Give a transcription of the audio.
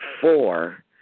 four